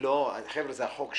לא, חבר'ה, זה החוק שלי.